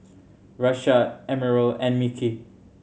Rashad Emerald and Mickey